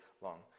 long